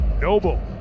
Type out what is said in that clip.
Noble